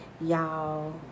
Y'all